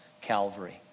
Calvary